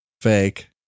Fake